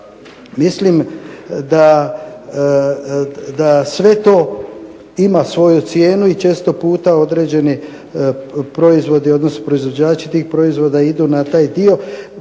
Mislim da sve to ima svoju cijenu i često puta određeni proizvodi odnosno proizvođači tih proizvoda idu na taj dio da bi dobili jedan